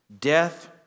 death